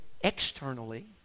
externally